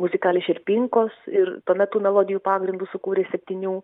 muzikališer pinkos ir tuomet tų melodijų pagrindu sukūrė septynių